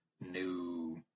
new